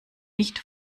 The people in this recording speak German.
nicht